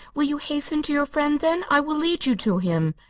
will you hasten to your friend, then? i will lead you to him.